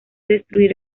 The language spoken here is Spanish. destruir